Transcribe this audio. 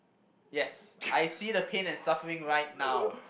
yes I see the pain and suffering right now